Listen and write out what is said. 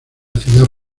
ciudad